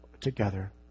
together